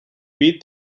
beat